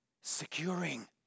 Securing